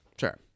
sure